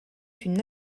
une